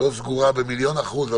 לא סגורה במיליון אחוז,